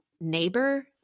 neighbor